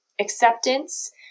acceptance